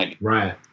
Right